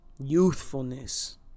Youthfulness